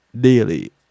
daily